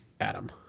Adam